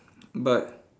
but